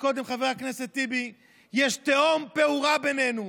חברי הכנסת מרע"מ: אמר כאן קודם חבר הכנסת טיבי שיש תהום פעורה בינינו.